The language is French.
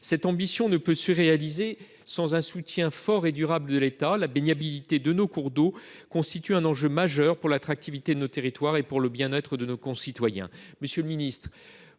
Cette ambition ne peut se concrétiser sans un soutien fort et durable de l’État. La baignabilité de nos cours d’eau constitue un enjeu majeur pour l’attractivité de nos territoires et pour le bien être de nos concitoyens. Monsieur le ministre,